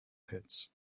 pits